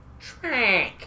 Shrek